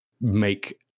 make